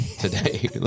today